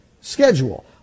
schedule